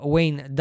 Wayne